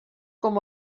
com